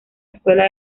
escuela